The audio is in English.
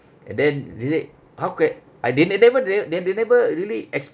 uh then they said how can ah they ne~ never there then they never really